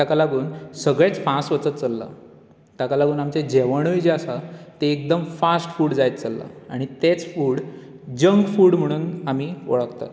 ताका लागून सगळेंच फास्ट वचत चल्लां ताका लागून आमचें जेवणय जें आसा तें एकदम फास्ट फूड जायत चल्लां आनी तेंच फूड आमी जंक फूड म्हणून वळखतात